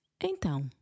Então